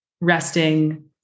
resting